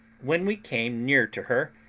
when we came near to her,